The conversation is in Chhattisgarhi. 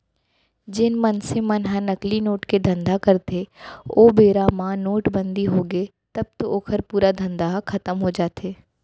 जेन मनसे मन ह नकली नोट के धंधा करथे ओ बेरा म नोटबंदी होगे तब तो ओखर पूरा धंधा ह खतम हो जाथे